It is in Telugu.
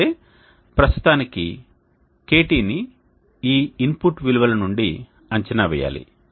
అయితే ప్రస్తుతానికి KT ని ఈ ఇన్పుట్ విలువల నుండి అంచనా వేయాలి